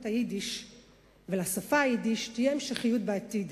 היידיש ולשפת היידיש תהיה המשכיות בעתיד.